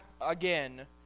again